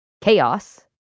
chaos